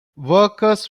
workers